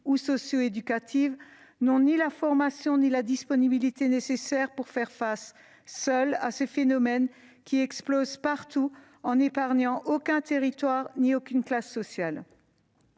ou socio-éducatives, n'ont ni la formation ni la disponibilité nécessaire pour faire face, seuls, à ces phénomènes qui explosent partout, en n'épargnant aucun territoire ni aucune classe sociale.